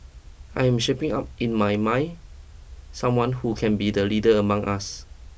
I am shaping up in my mind someone who can be the leader among us